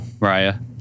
Maria